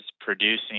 producing